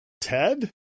Ted